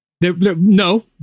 No